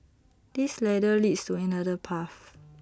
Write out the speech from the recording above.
this ladder leads to another path